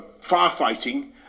firefighting